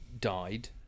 died